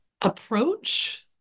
approach